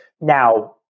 Now